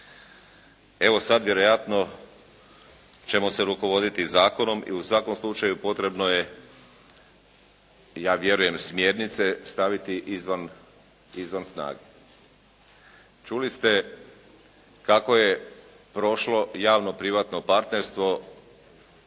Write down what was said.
Evo sad vjerojatno ćemo se rukovoditi zakonom i u svakom slučaju potrebno je ja vjerujem smjernice staviti izvan snage. Čuli ste kako je prošlo javno privatno partnerstvo